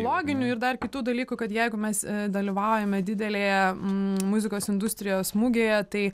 loginių ir dar kitų dalykų kad jeigu mes dalyvaujame didelėje muzikos industrijos mugėje tai